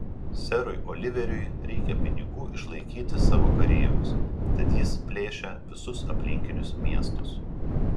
serui oliveriui reikia pinigų išlaikyti savo kareivius tad jis plėšia visus aplinkinius miestus